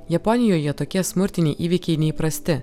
japonijoje tokie smurtiniai įvykiai neįprasti